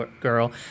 girl